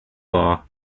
law